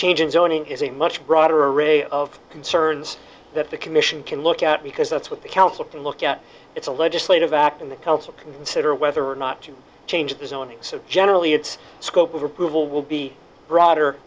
change in zoning is a much broader array of concerns that the commission can look at because that's what the council can look at it's a legislative act and the council consider whether or not to change the zoning so generally its scope of approval will be broader